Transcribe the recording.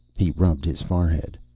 he rubbed his forehead.